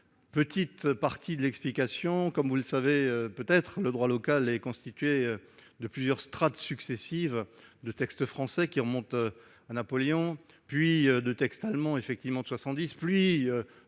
petite partie de l'explication. Comme vous le savez peut-être, le droit local est constitué de plusieurs strates successives : de textes français qui remontent à Napoléon, puis de textes allemands postérieurs à 1870, puis